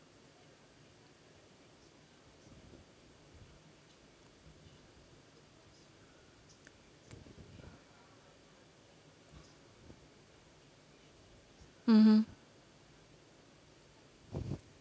mmhmm